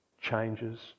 Changes